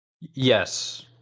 Yes